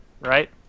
right